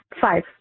five